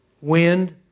wind